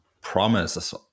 promise